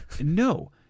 No